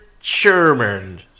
Sherman